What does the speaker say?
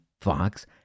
Fox